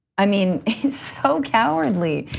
i mean, it's so cowardly.